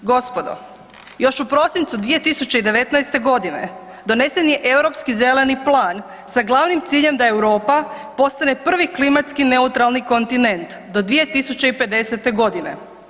Gospodo još u prosincu 2019. godine donesen je Europski zeleni plan sa glavnim ciljem da Europa postane prvi klimatski neutralni kontinent do 2050. godine.